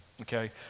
okay